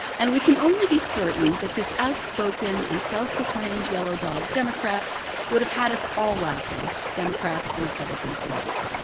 and we can only be certain that this outspoken and self-proclaimed yellow dog democrat would have had us all laughing, democrats and republicans alike.